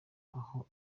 aho